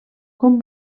com